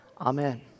Amen